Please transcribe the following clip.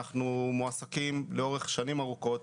אנחנו מועסקים לאורך שנים ארוכות,